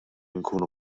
nkunu